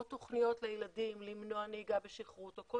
או תוכניות לילדים למנוע נהיגה בשכרות,